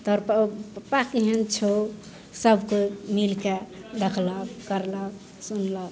तोहर पऽ पप्पा केहन छौ सबकोइ मिलिके देखलक करलक सुनलक